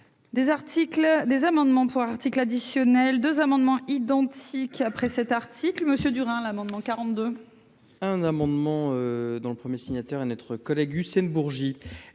des amendements pour un article additionnel 2 amendements identiques après cet article, Monsieur Durand, l'amendement 42. Un amendement dans le 1er signataire est notre collègue Hussein Bourgi